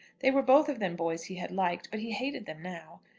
they were both of them boys he had liked, but he hated them now.